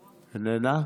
איננה,